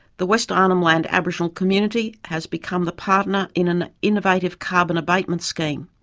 the west arnhem land aboriginal community has become the partner in an innovative carbon abatement scheme.